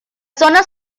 zona